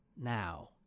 now